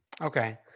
Okay